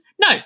No